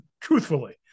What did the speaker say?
truthfully